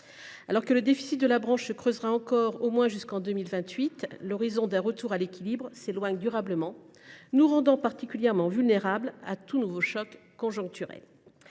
Alors que le déficit se creusera encore au moins jusqu’à 2028, l’horizon d’un retour à l’équilibre s’éloigne durablement, nous rendant particulièrement vulnérables à tout nouveau choc conjoncturel.